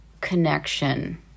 connection